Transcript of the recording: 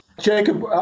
Jacob